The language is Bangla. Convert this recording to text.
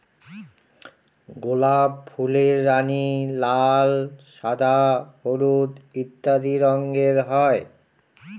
গোলাপ ফুলের রানী, লাল, সাদা, হলুদ ইত্যাদি রঙের হয়